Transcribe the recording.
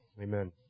amen